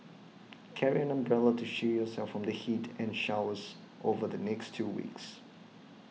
carry an umbrella to shield yourself from the heat and showers over the next two weeks